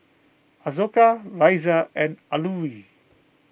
Ashoka Razia and Alluri